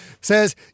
says